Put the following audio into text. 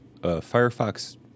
Firefox